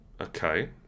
Okay